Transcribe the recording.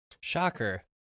Shocker